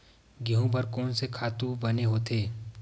गेहूं बर कोन से खातु बने होथे?